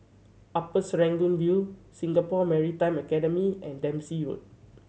Upper Serangoon View Singapore Maritime Academy and Dempsey Road